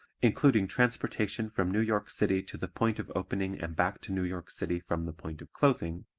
including transportation from new york city to the point of opening and back to new york city from the point of closing